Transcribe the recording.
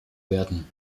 werden